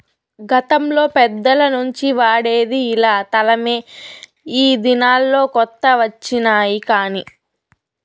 గతంలో పెద్దల నుంచి వాడేది ఇలా తలమే ఈ దినాల్లో కొత్త వచ్చినాయి కానీ